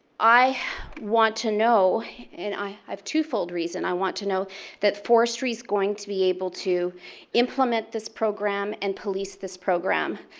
i want to know and i have twofold reason i want to know that forestry is going to be able to implement this program and police this program.